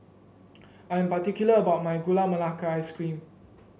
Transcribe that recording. I am particular about my Gula Melaka Ice Cream